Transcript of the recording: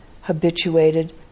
habituated